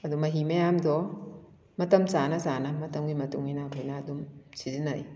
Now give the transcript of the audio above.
ꯑꯗꯣ ꯃꯍꯤ ꯃꯌꯥꯝꯗꯣ ꯃꯇꯝ ꯆꯟꯅ ꯆꯟꯅ ꯃꯇꯝꯒꯤ ꯃꯇꯨꯡ ꯏꯟꯅ ꯑꯩꯈꯣꯏꯅ ꯑꯗꯨꯝ ꯁꯤꯖꯤꯟꯅꯩ